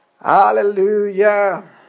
Hallelujah